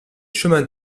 chemins